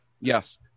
Yes